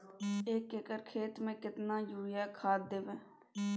एक एकर खेत मे केतना यूरिया खाद दैबे?